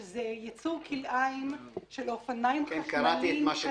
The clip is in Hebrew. שזה יצור כלאים של אופניים חשמליים,